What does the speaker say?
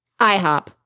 IHOP